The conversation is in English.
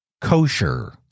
kosher